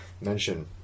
mention